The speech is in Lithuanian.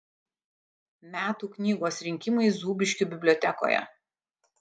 metų knygos rinkimai zūbiškių bibliotekoje